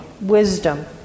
wisdom